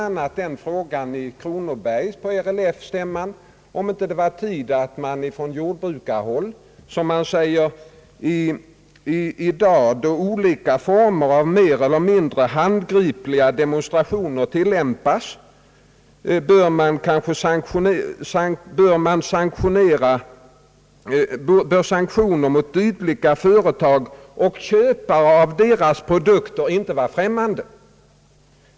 Vid RLF-stämman i Kronobergs län förklarades bl.a. att i dag, då på andra områden olika former av mer eller mindre handgripliga demonstrationer tillämpas, bör på jordbrukarhåll tanken på sanktioner mot dylika företag och köpare av deras produkter inte vara främmande.